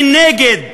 אני נגד.